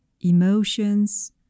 emotions